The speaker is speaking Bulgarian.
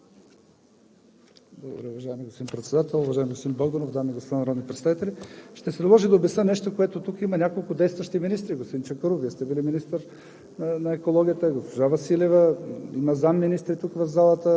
Благодаря, уважаеми господин Председател. Уважаеми господин Богданов, дами и господа народни представители! Ще се наложи да обясня нещо. Тук има няколко действащи министри – господин Чакъров, Вие сте били министър